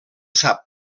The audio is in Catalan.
sap